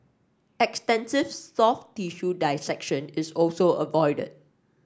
extensive soft tissue dissection is also avoided